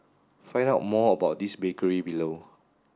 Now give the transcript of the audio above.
find out more about this bakery below